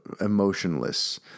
emotionless